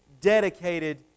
dedicated